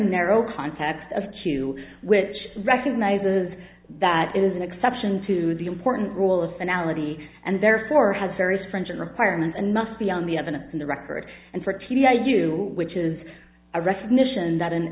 narrow context of chu which recognizes that it is an exception to the important rule of anality and therefore has very stringent requirements and must be on the evidence in the record and for t r u which is a recognition that an